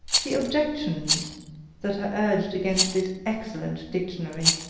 the objections that are urged against this excellent dictionary.